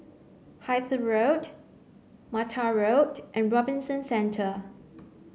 Hythe Road Mattar Road and Robinson Centre